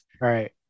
Right